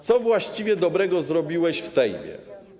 Co właściwie dobrego zrobiłeś w Sejmie?